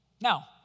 Now